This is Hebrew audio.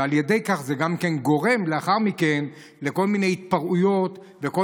ועל ידי כך זה גם גורם לאחר מכן לכל מיני התפרעויות וכל